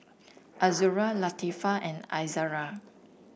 Azura Latifa and Izzara